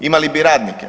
Imali bi radnike.